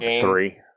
three